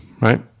right